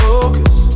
Focus